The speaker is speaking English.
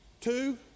Two